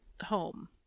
home